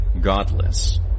Godless